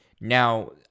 Now